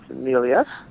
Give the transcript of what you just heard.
Amelia